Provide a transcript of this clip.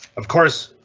of course,